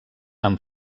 amb